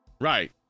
Right